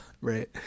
Right